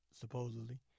supposedly